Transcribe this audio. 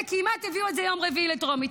וכמעט הביאו את זה ביום רביעי לטרומית.